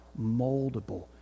moldable